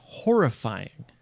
horrifying